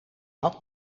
had